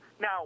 Now